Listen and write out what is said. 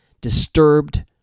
disturbed